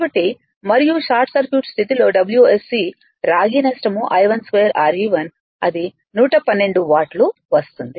కాబట్టి మరియు short circuit స్థితిలో WSC రాగి నష్టం I12Re1 అది 112 వ్వాట్లు వస్తుంది